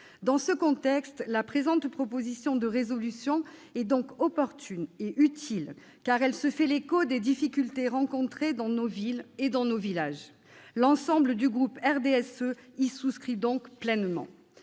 Dans ce contexte, la présente proposition de résolution est donc opportune et utile, car elle se fait l'écho des difficultés rencontrées dans nos villes et dans nos villages. L'ensemble du groupe du RDSE y souscrit pleinement.